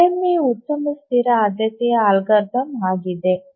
RMA ಉತ್ತಮ ಸ್ಥಿರ ಆದ್ಯತೆಯ ಅಲ್ಗಾರಿದಮ್ ಆಗಿದೆ